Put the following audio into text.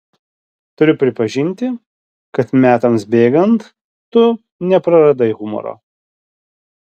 turiu pripažinti kad metams bėgant tu nepraradai humoro